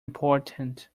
important